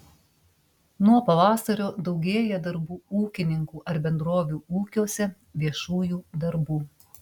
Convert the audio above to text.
nuo pavasario daugėja darbų ūkininkų ar bendrovių ūkiuose viešųjų darbų